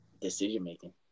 Decision-making